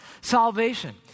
salvation